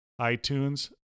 iTunes